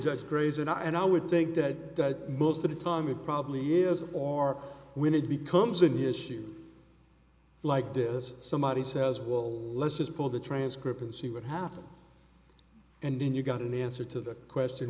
judge grey's and i and i would think that most of the time it probably is or when it becomes an issue like this somebody says well let's just pull the transcript and see what happens and then you got an answer to that question